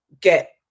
get